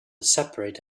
separate